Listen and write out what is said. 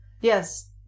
Yes